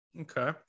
Okay